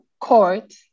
court